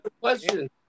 question